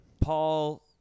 Paul